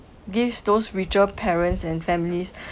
give those richer parents and families